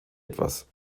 etwas